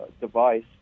device